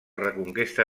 reconquesta